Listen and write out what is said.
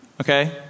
Okay